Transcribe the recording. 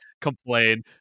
complain